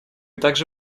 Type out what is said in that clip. также